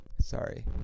sorry